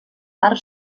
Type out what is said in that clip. part